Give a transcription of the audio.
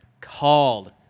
called